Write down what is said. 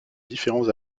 différents